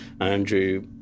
Andrew